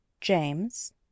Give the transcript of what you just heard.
james